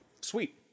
sweet